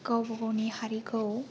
गावबा गावनि हारिखौ